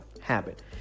habit